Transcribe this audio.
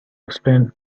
explain